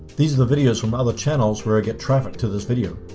these are the videos from other channels where i get traffic to this video.